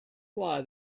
why